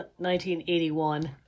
1981